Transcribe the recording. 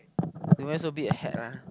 don't wear so big a hat ah